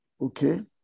okay